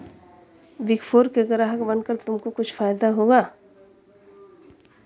Big four के ग्राहक बनकर तुमको कुछ फायदा हुआ?